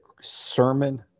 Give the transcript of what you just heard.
Sermon